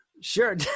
Sure